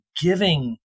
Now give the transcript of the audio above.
giving